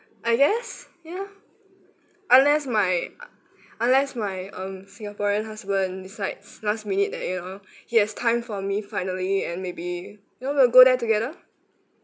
I guess ya unless my unless my um singaporean husband decides last minute that you now he has time for me finally and maybe you know we'll go there together